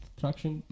traction